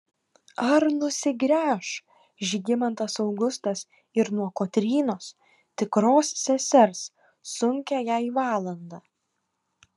ar nusigręš žygimantas augustas ir nuo kotrynos tikros sesers sunkią jai valandą